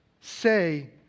say